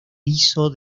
hizo